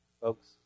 Folks